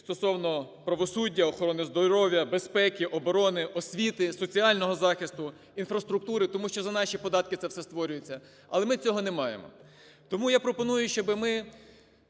стосовно правосуддя, охорони здоров'я, безпеки, оборони, освіти, соціального захисту, інфраструктури, тому що за наші податки це все створюється, але ми цього не маємо. Тому я пропоную, щоби ми